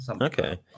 Okay